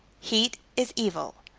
heat is evil.